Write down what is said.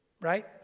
right